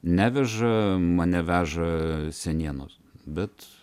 neveža mane veža senienos bet